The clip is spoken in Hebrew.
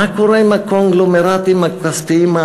מה קורה עם הקונגלומרטים האחרים?